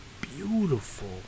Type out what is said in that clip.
beautiful